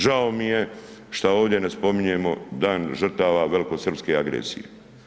Žao mi je što ovdje ne spominjemo Dan žrtava velikosrpske agresije.